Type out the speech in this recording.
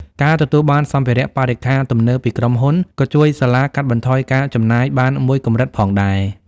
ការទទួលបានសម្ភារៈបរិក្ខារទំនើបពីក្រុមហ៊ុនក៏ជួយសាលាកាត់បន្ថយការចំណាយបានមួយកម្រិតផងដែរ។